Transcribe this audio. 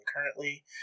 currently